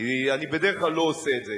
כי אני בדרך כלל לא עושה את זה.